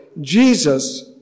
Jesus